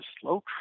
slow